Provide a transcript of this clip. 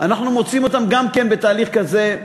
אנחנו מוצאים אותם גם בתהליך כזה.